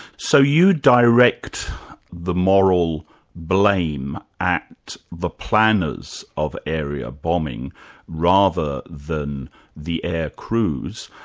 so you direct the moral blame at the planners of area bombing rather than the air crews.